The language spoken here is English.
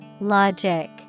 Logic